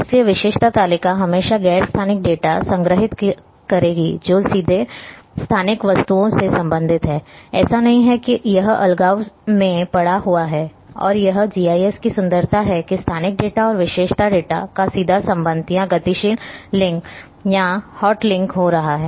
इसलिए विशेषता तालिका हमेशा गैर स्थानिक डेटा संग्रहीत करेगी जो सीधे स्थानिक वस्तुओं से संबंधित है ऐसा नहीं है कि यह अलगाव में पड़ा हुआ है और यह जीआईएस की सुंदरता है कि स्थानिक डेटा और विशेषता डेटा का सीधा संबंध या गतिशील लिंक या हॉट लिंक हो रहा है